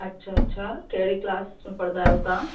अच्छा अच्छा कहिड़े क्लास में पढ़दा आहियो तव्हां